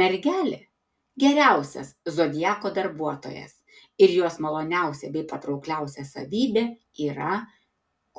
mergelė geriausias zodiako darbuotojas ir jos maloniausia bei patraukliausia savybė yra